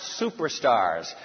superstars